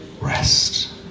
rest